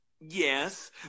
Yes